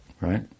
Right